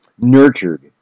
nurtured